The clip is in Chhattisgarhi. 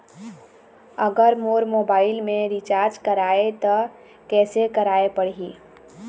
अगर मोर मोबाइल मे रिचार्ज कराए त कैसे कराए पड़ही?